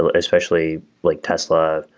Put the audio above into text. ah especially like tesla,